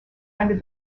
under